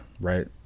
right